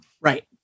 Right